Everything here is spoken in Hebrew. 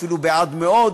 אפילו מאוד.